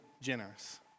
generous